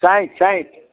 સાઠ સાઠ